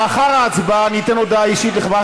לאחר ההצבעה ניתן הודעה אישית לחברת